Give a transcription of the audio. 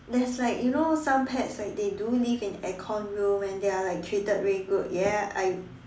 there's like you know some pets like they do live in aircon room and they are like treated very good ya I